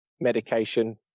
medication